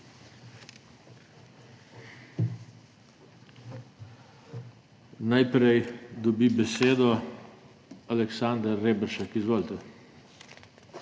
Najprej dobi besedo Aleksander Reberšek. Izvolite.